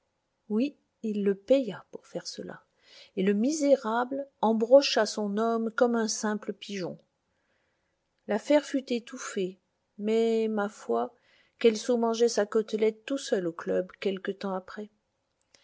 oui il le paya pour faire cela et le misérable embrocha son homme comme un simple pigeon l'affaire fut étouffée mais ma foi kelso mangeait sa côtelette tout seul au club quelque temps après